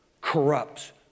corrupts